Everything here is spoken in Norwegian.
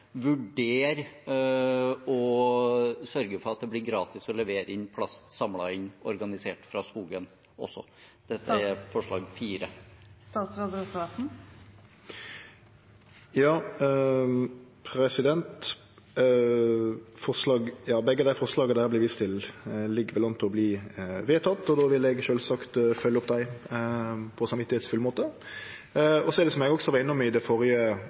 vurdere å sørge for at det blir gratis å levere inn plast samlet inn organisert fra skogen også? Det er forslag til vedtak IV. Begge dei forslaga det her vert viste til, ligg vel an til å verte vedtekne, og då vil eg sjølvsagt følgje dei opp på ein samvitsfull måte. Som eg også var innom i det